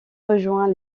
rejoint